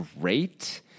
great